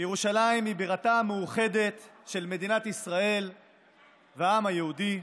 שירושלים היא בירתה המאוחדת של מדינת ישראל והעם היהודי.